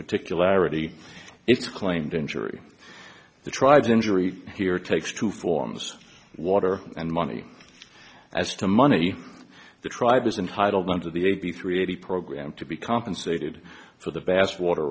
particularity its claimed injury the tribes injury here takes two forms water and money as to money the tribe is entitled under the eighty three eighty program to be compensated for the vast water